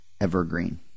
evergreen